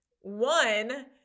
one